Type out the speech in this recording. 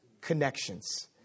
Connections